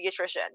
pediatrician